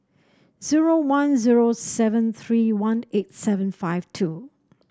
zero one zero seven three one eight seven five two